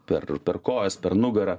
per per kojas per nugarą